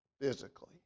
physically